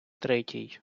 третій